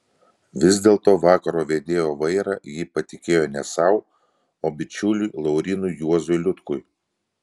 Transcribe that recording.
vis dėlto vakaro vedėjo vairą ji patikėjo ne sau o bičiuliui laurynui juozui liutkui